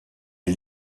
est